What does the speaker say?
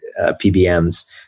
PBMs